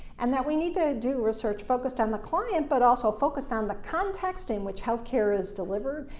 and that we need to do research focused on the client, but also focused on the context in which health care is delivered,